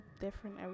different